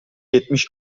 yetmiş